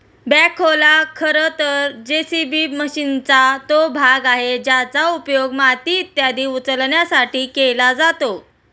बॅखोला खरं तर जे.सी.बी मशीनचा तो भाग आहे ज्याचा उपयोग माती इत्यादी उचलण्यासाठी केला जातो